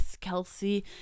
Kelsey